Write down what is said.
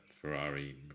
Ferrari